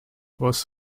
was